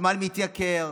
החשמל מתייקר,